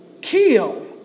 kill